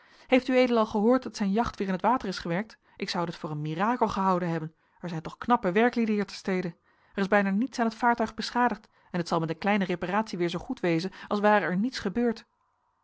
heeft ued al gehoord dat zijn jacht weer in t water is gewerkt ik zoude het voor een mirakel gehouden hebben er zijn toch knappe werklieden hier ter stede er is bijna niets aan het vaartuig beschadigd en het zal met een kleine reparatie weer zoo goed wezen als ware er niets gebeurd